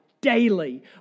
daily